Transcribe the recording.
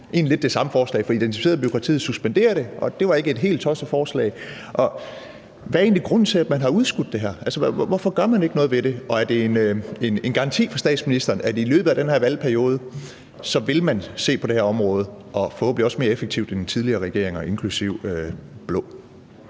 i spørgetimen, nemlig at få identificeret bureaukratiet og suspendere det. Og det var ikke et helt tosset forslag. Hvad er egentlig grunden til, at man har udskudt det her? Hvorfor gør man ikke noget ved det? Og er det en garanti fra statsministeren for, at man i løbet af den her valgperiode vil se på det her område – og forhåbentlig også mere effektivt end tidligere regeringer, inklusive de blå?